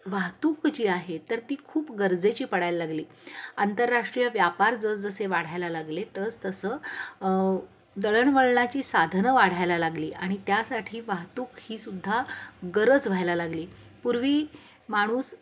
वाहतूक जी आहे तर ती खूप गरजेची पडायला लागली आंतरराष्ट्रीय व्यापार जर जसे वाढायला लागले तच तसं दळणवळणाची साधनं वाढायला लागली आणि त्यासाठी वाहतूक ही सुद्धा गरज व्हायला लागली पूर्वी माणूस